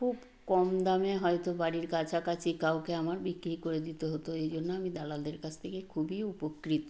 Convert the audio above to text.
খুব কম দামে হয়তো বাড়ির কাছাকাছি কাউকে আমার বিক্রি করে দিতে হতো এই জন্য আমি দালালদের কাছ থেকে খুবই উপকৃত